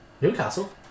Newcastle